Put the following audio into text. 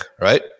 right